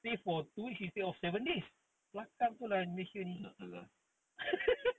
a'ah lah